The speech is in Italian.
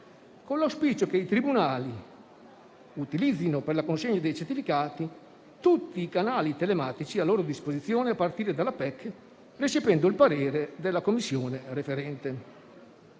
con l'auspicio che i tribunali utilizzino per la consegna dei certificati tutti i canali telematici a loro disposizione, a partire dalla PEC, recependo il parere della Commissione referente.